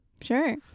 Sure